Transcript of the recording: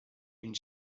une